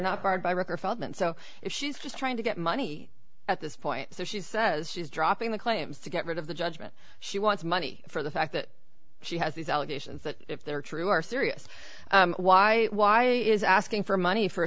barred by record feldman so if she's just trying to get money at this point so she says she's dropping the claims to get rid of the judgment she wants money for the fact that she has these allegations that if they're true are serious why why is asking for money f